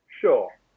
Sure